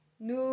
nous